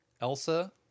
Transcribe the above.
Elsa